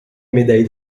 médaille